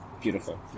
beautiful